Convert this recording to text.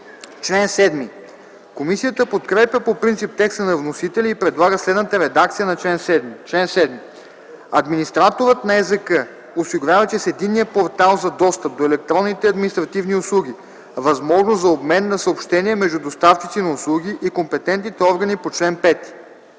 Комисията подкрепя по принцип текста на вносителя и предлага следната редакция на чл. 7: „Чл. 7. Администраторът на ЕЗК осигурява чрез Единния портал за достъп до електронните административни услуги възможност за обмен на съобщения между доставчици на услуги и компетентните органи по чл. 5.”